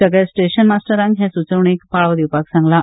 सगल्या स्टेशन मास्टरांक हे सुचोवणेक पाळो दिवपाक सांगलां